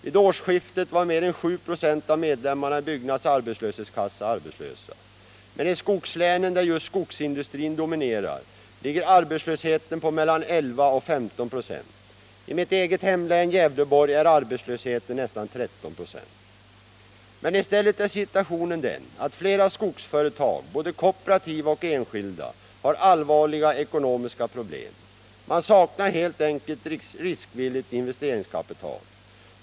Vid årsskiftet var mer än 7 96 av medlemmarna i Byggnads arbetslöshetskassa arbetslösa. Men i skogslänen, där just skogsindustrin dominerar, ligger arbetslösheten på mellan 11 och 15 94. I mitt eget hemlän, Gävleborg, är arbetslösheten nästan 13 926. Men i stället är situationen den att flera skogsföretag, både kooperativa och enskilda, har allvarliga ekonomiska problem. Man saknar helt enkelt riskvilligt investeringskapital.